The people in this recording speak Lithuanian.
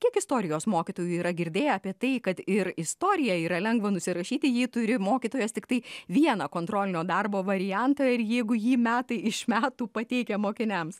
kiek istorijos mokytojų yra girdėję apie tai kad ir istoriją yra lengva nusirašyti jį turi mokytojas tiktai vieną kontrolinio darbo variantą ir jeigu jį metai iš metų pateikia mokiniams